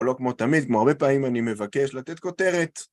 ולא כמו תמיד, כמו הרבה פעמים, אני מבקש לתת כותרת.